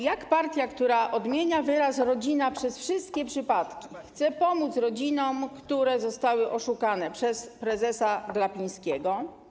Jak partia, która odmienia wyraz ˝rodzina˝ przez wszystkie przypadki, chce pomóc rodzinom, które zostały oszukane przez prezesa Glapińskiego?